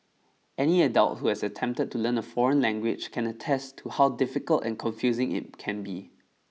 any adult who has attempted to learn a foreign language can attest to how difficult and confusing it can be